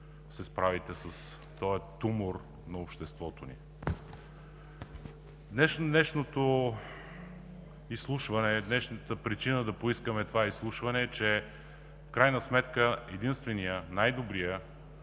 се справите с този тумор на обществото ни. Днешната причина да поискаме това изслушване е, че в крайна сметка единственият и най-добрият